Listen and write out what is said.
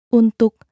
untuk